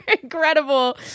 incredible